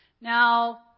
Now